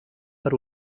per